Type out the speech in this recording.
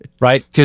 right